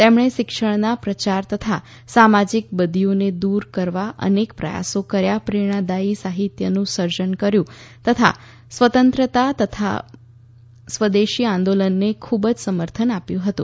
તેમણે શિક્ષણના પ્રચાર તથા સામાજીક બદીઓને દૂર કરવા અનેક પ્રયાસો કર્યા પ્રેરણાદાયી સાહિત્યનું સર્જન કર્યું તથા સ્વતંત્રતા તથા સ્વદેશી આંદોલનને ખુબ જ સમર્થન આપ્યું હતું